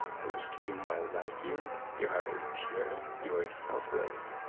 i wish to be more like you. your heart is pure. you are selfless.